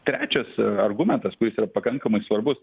trečias argumentas kuris yra pakankamai svarbus